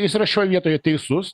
jis yra šioj vietoje teisus